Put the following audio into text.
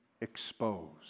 exposed